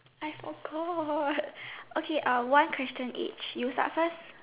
I forgot okay uh one question each you start first